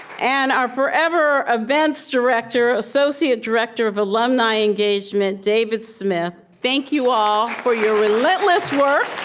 and our forever events director, associate director of alumni engagement, david smith. thank you all for your relentless work.